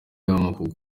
y’amoko